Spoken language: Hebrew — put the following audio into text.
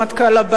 הוא אוהב את זה.